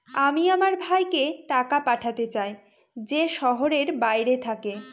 আমি আমার ভাইকে টাকা পাঠাতে চাই যে শহরের বাইরে থাকে